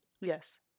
Yes